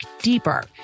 deeper